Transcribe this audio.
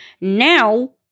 now